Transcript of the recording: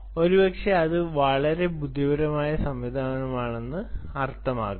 ഒരുപക്ഷേ ഇത് വളരെ നല്ല ബുദ്ധിപരമായ സംവിധാനമാണെന്ന് അർത്ഥമാക്കും